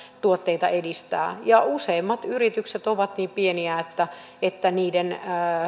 tuotteita edistää ja useimmat yritykset ovat niin pieniä että että niiden